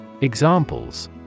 Examples